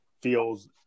feels